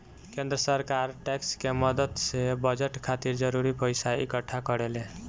केंद्र सरकार टैक्स के मदद से बजट खातिर जरूरी पइसा इक्कठा करेले